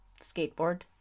skateboard